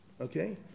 Okay